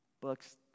books